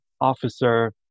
officer